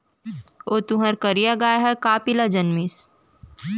ओ तुंहर करिया गाय ह का पिला जनमिस?